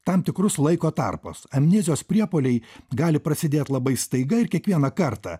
tam tikrus laiko tarpus amnezijos priepuoliai gali prasidėt labai staiga ir kiekvieną kartą